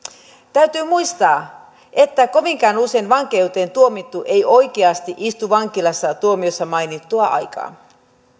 täytyy muistaa että kovinkaan usein vankeuteen tuomittu ei oikeasti istu vankilassa tuomiossa mainittua aikaa